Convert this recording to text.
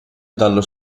dallo